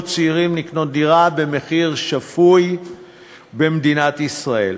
צעירים לקנות דירה במחיר שפוי במדינת ישראל.